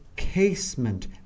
casement